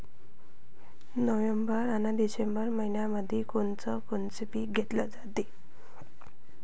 November अन December मइन्यामंधी कोण कोनचं पीक घेतलं जाते?